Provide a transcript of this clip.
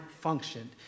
functioned